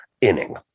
inning